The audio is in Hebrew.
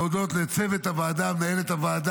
להודות לצוות הוועדה,